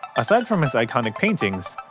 aside from his iconic paintings,